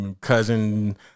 cousin